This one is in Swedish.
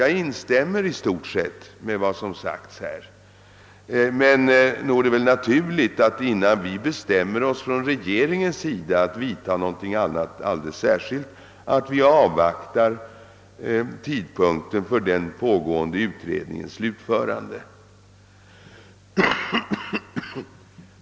Jag instämmer i stort sett med vad som har sagts här, men nog är det väl naturligt att vi, innan vi från regeringshåll bestämmer boss för att vidta alldeles speciella åtgärder, avvaktar tidpunkten för den pågående utredningens slutförande.